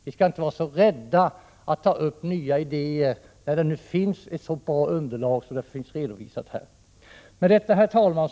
Vi skall inte vara så rädda att ta upp nya idéer, när det nu finns ett sådant bra underlag som har redovisats här. Herr talman!